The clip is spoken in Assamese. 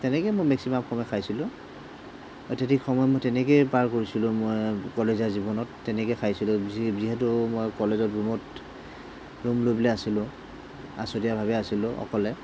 তেনেকেই মই মেক্সিমাম অকলে খাইছিলোঁ অত্যাধিক সময় মই তেনেকেই পাৰ কৰিছিলোঁ মই কলেজীয়া জীৱনত তেনেকেই খাইছিলোঁ যি যিহেতু মই কলেজত ৰোমত ৰোম লৈ পেলাই আছিলোঁ আছুতীয়াভাৱে আছিলোঁ অকলে